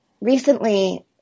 recently